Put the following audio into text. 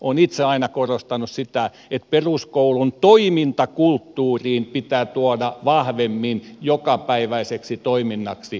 olen itse aina korostanut sitä että peruskoulun toimintakulttuuriin pitää tuoda liikunta vahvemmin jokapäiväiseksi toiminnaksi